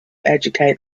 educate